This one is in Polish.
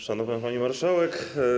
Szanowna Pani Marszałek!